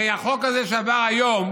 הרי החוק הזה שעבר היום